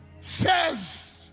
says